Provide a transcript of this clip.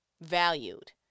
valued